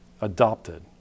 adopted